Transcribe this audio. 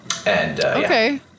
Okay